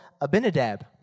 Abinadab